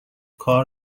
کار